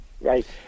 Right